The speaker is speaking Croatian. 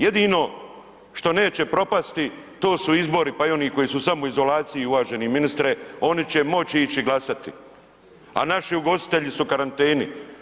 Jedino što neće propasti to su izbori, pa i oni koji su u samoizolaciji uvaženi ministre oni će moći ići glasati, a naši ugostitelji su u karanteni.